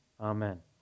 amen